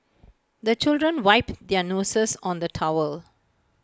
the children wipe their noses on the towel